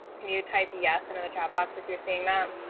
can you type yes into the chat box if you're seeing them?